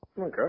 Okay